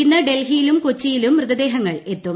ഇന്ന് ഡൽഹിയിലും കൊച്ചിയിലും മൃതദേഹങ്ങൾ എത്തും